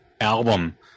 album